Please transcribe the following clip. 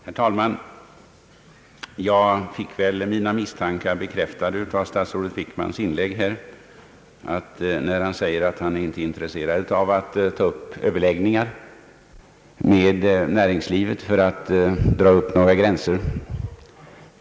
Herr talman! Jag fick väl mina misstankar bekräftade av statsrådet Wickmans inlägg, när han säger att han inte är intresserad av att ta upp överläggningar med näringslivet om en gränsdragning.